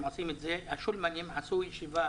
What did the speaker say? השולמנים ערכו כנס,